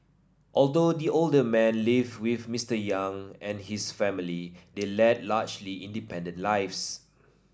although the older man lived with Mister Yong and his family they led largely independent lives